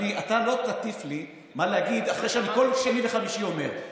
אתה לא תטיף לי מה להגיד אחרי שאני כל שני וחמישי אומר,